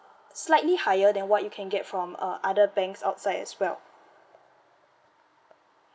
slightly higher than what you can get from uh other banks outside as well